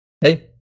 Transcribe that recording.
Hey